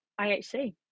IHC